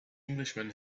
englishman